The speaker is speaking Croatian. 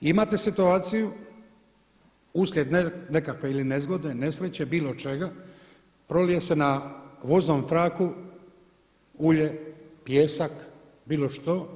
Imate situaciju uslijed nekakve ili nezgode, nesreće, bilo čega, prolije se na voznom traku ulje, pijesak, bilo što.